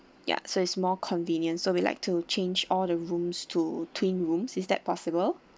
ya so is more convenient so we'd like to change all the rooms to twin rooms is that possible